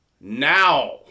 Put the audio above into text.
Now